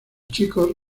chicos